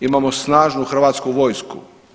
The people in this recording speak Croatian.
Imamo snažnu Hrvatsku vojsku.